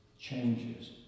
changes